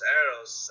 arrows